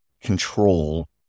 control